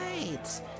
right